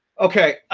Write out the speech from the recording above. okay, um,